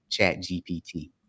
ChatGPT